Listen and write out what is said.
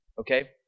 Okay